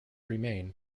remain